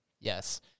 Yes